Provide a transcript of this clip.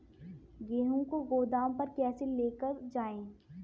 गेहूँ को गोदाम पर कैसे लेकर जाएँ?